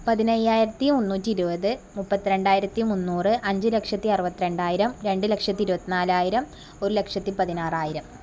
പതിനഞ്ചായിരത്തി മുന്നൂറ്റി ഇരുപത് മുപ്പത്തി രണ്ടായിരത്തി മുന്നൂറ് അഞ്ച് ലക്ഷത്തി അറുപത്തി രണ്ടായിരം രണ്ടു ലക്ഷത്തി ഇരുപത്തി നാലായിരം ഒരു ലക്ഷത്തി പതിനാറായിരം